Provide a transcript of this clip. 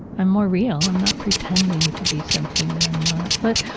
i'm more real. i'm not pretending to be something that i'm not. but,